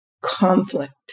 conflict